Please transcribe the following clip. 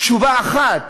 תשובה אחת